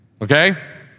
okay